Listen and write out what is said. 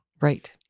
Right